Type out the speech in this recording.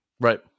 Right